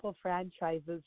franchises